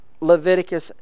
Leviticus